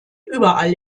überall